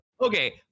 okay